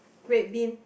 red bean